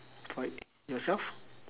about yourself